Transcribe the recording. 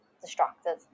distracted